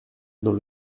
dans